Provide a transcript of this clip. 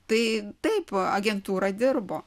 tai taip agentūra dirbo